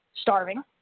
starving